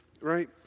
right